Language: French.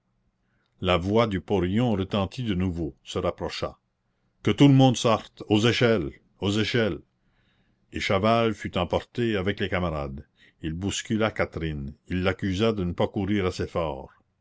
la voix du porion retentit de nouveau se rapprocha que tout le monde sorte aux échelles aux échelles et chaval fut emporté avec les camarades il bouscula catherine il l'accusa de ne pas courir assez fort